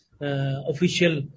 official